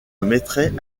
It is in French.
mettrait